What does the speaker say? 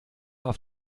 auf